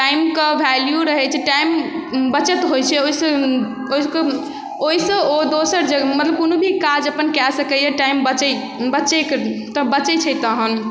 टाइमके वैल्यू रहै छै टाइम बचत होइ छै ओहिसँ ओहिके ओहिसँ ओ दोसर जगह मतलब कोनो भी काज अपन कऽ सकैए टाइम बचै छै बचैके तऽ बचै छै तहन